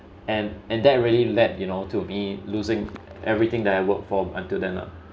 and and that really lead you know to me losing everything that I work for until then ah